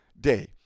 day